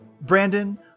Brandon